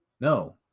No